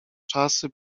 czasy